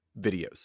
videos